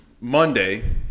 Monday